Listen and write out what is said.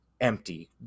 empty